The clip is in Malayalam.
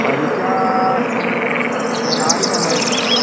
പലിശ റേറ്റ് നാല് ശതമാനം പലിശ